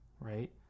Right